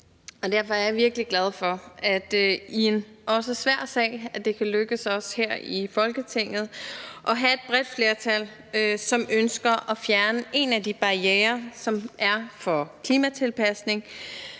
Derfor er jeg virkelig glad for, at det også i en svær sag kan lykkes os her i Folketinget at have et bredt flertal, som ønsker at fjerne en af de barrierer, som der er for klimatilpasning,